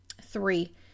three